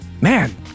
Man